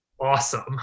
awesome